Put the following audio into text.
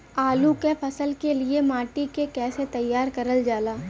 आलू क फसल के लिए माटी के कैसे तैयार करल जाला?